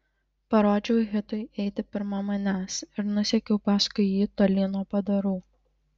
parodžiau hitui eiti pirma manęs ir nusekiau paskui jį tolyn nuo padarų